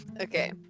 Okay